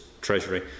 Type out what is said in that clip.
Treasury